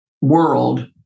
world